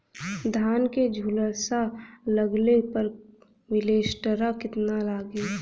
धान के झुलसा लगले पर विलेस्टरा कितना लागी?